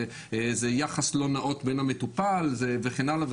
זה יחס לא נאות בין המטופל וכן הלאה,